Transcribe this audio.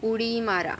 उडी मारा